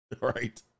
Right